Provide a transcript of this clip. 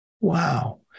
Wow